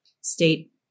State